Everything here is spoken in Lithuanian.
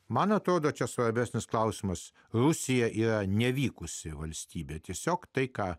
man atrodo čia svarbesnis klausimas rusija yra nevykusi valstybė tiesiog tai ką